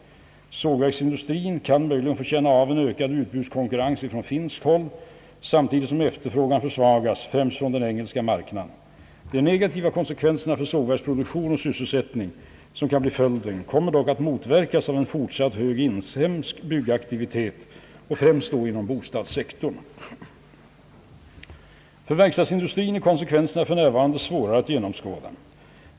Sågverksindustrin kan möjligen få känna av en ökad utbudskonkurrens från finskt håll, samtidigt som efterfrågan försvagas, främst från den engelska marknaden. De negativa konsekvenserna för sågverksproduktion och sysselsättning, som kan bli följden, kommer dock att motverkas av en fortsatt hög inhemsk byggaktivitet, främst inom bostadssektorn. För verkstadsindustrin är konsekvenserna för närvarande svårare att ge nomskåda.